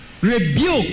rebuke